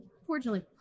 unfortunately